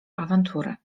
awantury